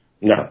No